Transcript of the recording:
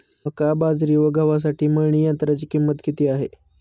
मका, बाजरी व गव्हासाठी मळणी यंत्राची किंमत किती आहे?